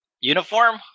uniform